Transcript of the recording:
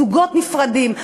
זוגות נפרדים,